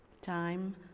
time